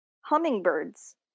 hummingbirds